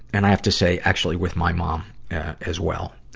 and i have to say, actually, with my mom as well.